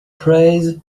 praise